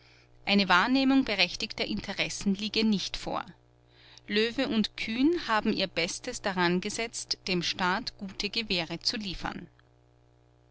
eine wahrnehmung berechtigter interessen liege nicht vor löwe und kühn haben ihr bestes daran gesetzt dem staat gute gewehre zu liefern